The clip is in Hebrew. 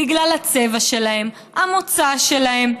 בגלל הצבע שלהם, המוצא שלהם.